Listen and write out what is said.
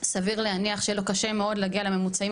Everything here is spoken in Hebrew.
סביר להניח שיהיה לו קשה מאוד להגיע לממוצעים